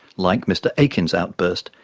like mr akin's outburst,